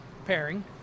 Pairing